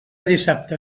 dissabte